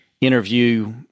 interview